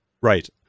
Right